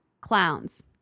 Clowns